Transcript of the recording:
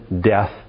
death